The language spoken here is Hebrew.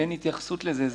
אין התייחסות לזה.